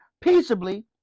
peaceably